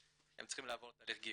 הם צריכים לעבור תהליך גיור.